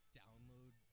download